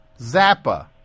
Zappa